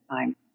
time